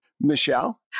Michelle